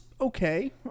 okay